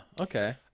Okay